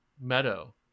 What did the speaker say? Meadow